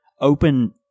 open